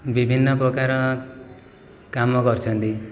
ବିଭିନ୍ନ ପ୍ରକାର କାମ କରିଛନ୍ତି